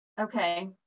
Okay